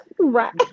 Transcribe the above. right